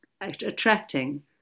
attracting